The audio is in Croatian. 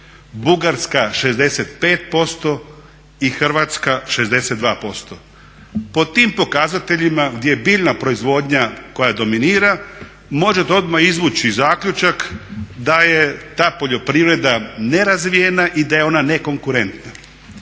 Bugarska 65% i Hrvatska 62%. Pod tim pokazateljima gdje je bilja proizvodnja koja dominira, možete odmah izvući zaključak da je ta poljoprivreda ne razvijena i da je ona ne konkurentna.